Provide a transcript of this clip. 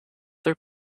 their